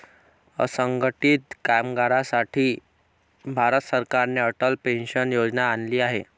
असंघटित कामगारांसाठी भारत सरकारने अटल पेन्शन योजना आणली आहे